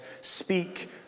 speak